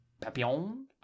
Papillon